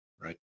Right